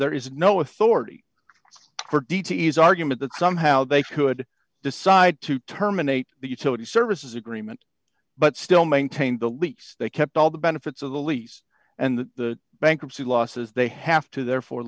there is no authority for d t s argument that somehow they could decide to terminate the utility services agreement but still maintain the leaks they kept all the benefits of the lease and the bankruptcy law says they have to therefore